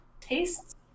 tastes